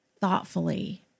thoughtfully